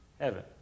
heaven